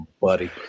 buddy